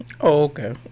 okay